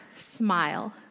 smile